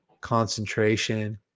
concentration